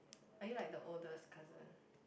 are you like the oldest cousin